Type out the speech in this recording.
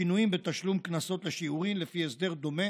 שינויים בתשלום קנסות לשיעורין לפי הסדר דומה